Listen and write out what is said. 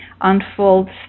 unfolds